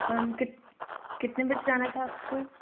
ma'am कित कितने बजे आना था आपको